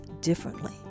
differently